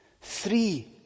Three